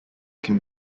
can